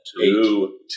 Two